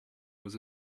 was